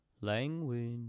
language